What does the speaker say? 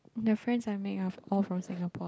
the friends I make are all from Singapore